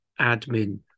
admin